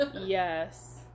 Yes